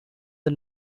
the